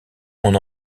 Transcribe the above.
mon